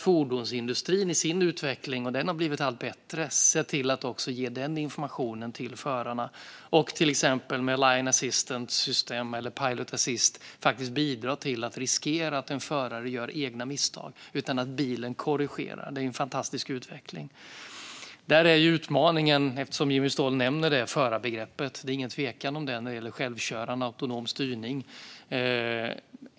Fordonsindustrins utveckling gör också att man nu kan ge information till förarna till exempel med lane assist eller pilot assist-system och i och med att bilen korrigerar minska risken att föraren gör misstag. Det är en fantastisk utveckling. Utmaningen när det gäller självkörande fordon eller autonom styrning är, som Jimmy Ståhl nämner, förarbegreppet. Det är ingen tvekan om det.